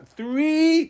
three